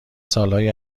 سالهای